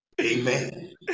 Amen